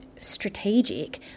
strategic